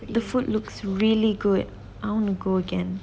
the food looks really good I want to go again